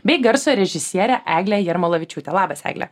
bei garso režisiere eglė jarmolavičiūte labas egle